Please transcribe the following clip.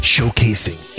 Showcasing